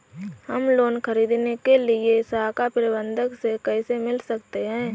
हम लोन ख़रीदने के लिए शाखा प्रबंधक से कैसे मिल सकते हैं?